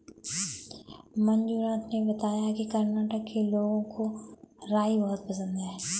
मंजुनाथ ने बताया कि कर्नाटक के लोगों को राई बहुत पसंद है